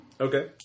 Okay